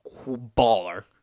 baller